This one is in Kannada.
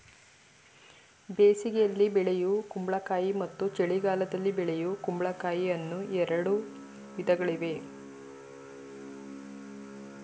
ಬೇಸಿಗೆಯಲ್ಲಿ ಬೆಳೆಯೂ ಕುಂಬಳಕಾಯಿ ಮತ್ತು ಚಳಿಗಾಲದಲ್ಲಿ ಬೆಳೆಯೂ ಕುಂಬಳಕಾಯಿ ಅನ್ನೂ ಎರಡು ವಿಧಗಳಿವೆ